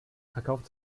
verkauft